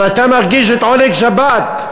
אבל אתה מרגיש את עונג שבת.